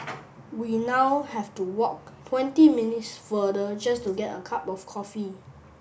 we now have to walk twenty minutes further just to get a cup of coffee